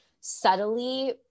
subtly